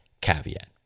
caveat